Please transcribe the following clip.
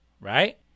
right